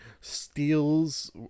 steals